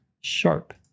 sharp